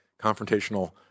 confrontational